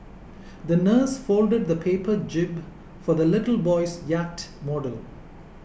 the nurse folded a paper jib for the little boy's yacht model